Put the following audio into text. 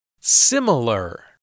Similar